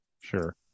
Sure